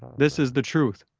this is the truth.